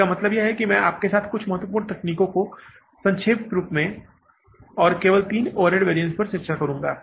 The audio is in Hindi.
इसका मतलब है कि मैं आपके साथ कुछ महत्वपूर्ण तकनीकों को संक्षेप में रूप में और केवल तीन ओवरहेड वैरिअन्स पर चर्चा करुंगा